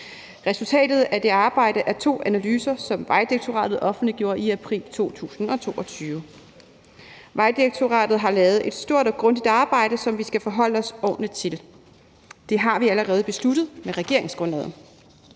Resultatet af det arbejde er to analyser, som Vejdirektoratet offentliggjorde i april 2022. Vejdirektoratet har lavet et stort og grundigt arbejde, som vi skal forholde os ordentligt til. Det har vi allerede besluttet med regeringsgrundlaget.